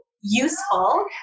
useful